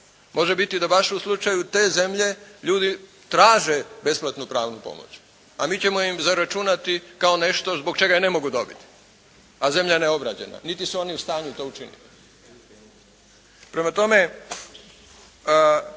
Može biti da baš u slučaju te zemlje ljudi traže besplatnu pravnu pomoć. A mi ćemo im zaračunati kao nešto zbog čega je ne mogu dobiti. A zemlja je neobrađena, niti su oni u stanju to učiniti.